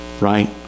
Right